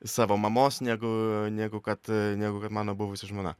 savo mamos negu negu kad negu kad mano buvusi žmona